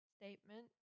statement